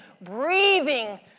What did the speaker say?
breathing